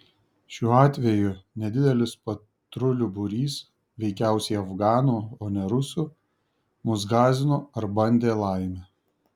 šiuo atveju nedidelis patrulių būrys veikiausiai afganų o ne rusų mus gąsdino ar bandė laimę